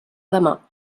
demà